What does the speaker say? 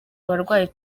abarwayi